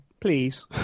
Please